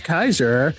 Kaiser